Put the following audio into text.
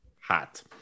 hot